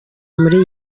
muri